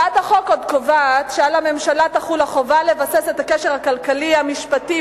הצעת החוק עוד קובעת שעל הממשלה תחול החובה לבסס את הקשר הכלכלי המשפטי